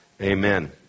Amen